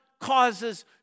causes